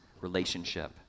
relationship